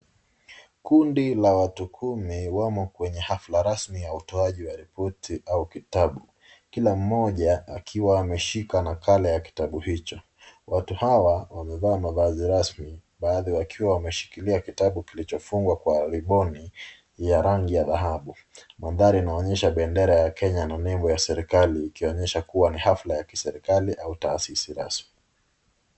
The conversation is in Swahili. Kundi la watu kumi wamo kwenye hafla rasmi ya utoaji wa ripoti au kitabu kila mmoja akiwa ameshika nakala ya kitabu hicho, watu hawa wamevaa mavazi rasmi baadhi wakiwa wameshikilia kitabu kilichofungwa kwa riboni ya rangi ya dhahabu mandhari inaonyesha bendera ya Kenya na nembo ya serikali ikionyesha kuwa ni hafla ya kiserikali au taasisi rasmi.